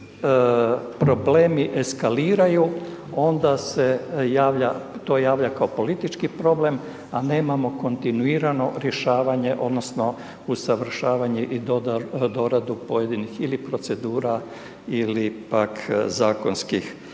nam problemi eskaliraju, onda se to javlja kao politički problem a nemamo kontinuirano rješavanje odnosno usavršavanje i doradu ili procedura ili pak zakonskih